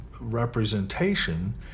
representation